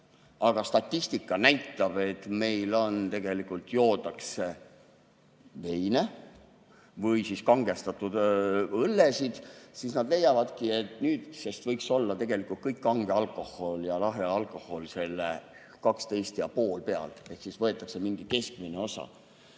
aga statistika näitab, et meil tegelikult juuakse veine või kangestatud õllesid, siis nad leiavadki, et nüüdsest võiks olla tegelikult kõik kange alkohol ja lahja alkohol selle 12,5 kraadi peal. Ehk võetakse mingi keskmine osa.